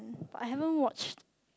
I haven't watched